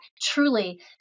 Truly